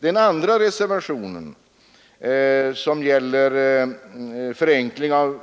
Den andra reservationen, som gäller förenkling av